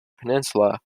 peninsula